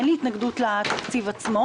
אין לי התנגדות לתקציב עצמו,